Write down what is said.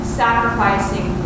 sacrificing